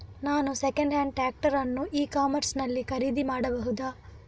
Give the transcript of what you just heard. ನಾನು second hand tractor ಅನ್ನು e commerce ನಲ್ಲಿ ಖರೀದಿ ಮಾಡಬಹುದಾ?